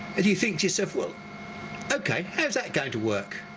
and you think to yourself well okay how's that going to work.